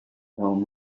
though